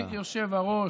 אדוני היושב-ראש,